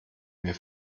mir